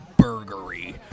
burgery